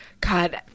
God